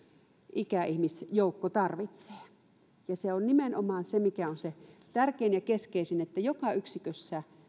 ikäihmisjoukko tarvitsee se on nimenomaan se tärkein ja keskeisin asia että joka yksikössä